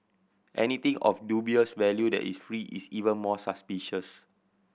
anything of dubious value that is free is even more suspicious